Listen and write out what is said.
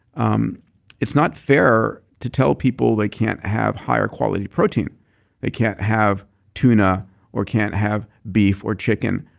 um it's not fair to tell people they can't have higher quality protein they can't have tuna or can't have beef or chicken,